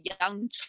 young